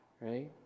Right